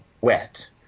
wet